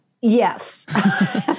Yes